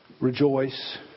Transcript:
rejoice